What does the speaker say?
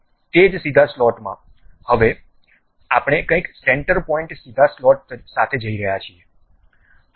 તે જ સીધા સ્લોટમાં હવે આપણે કંઈક સેન્ટર પોઇન્ટ સીધા સ્લોટ સાથે જઈ રહ્યા છીએ